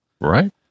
Right